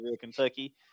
Kentucky